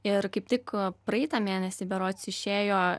ir kaip tik praeitą mėnesį berods išėjo